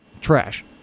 Trash